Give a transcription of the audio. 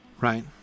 right